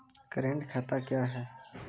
Current खाता क्या हैं?